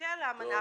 במחויבותיה לאמנה.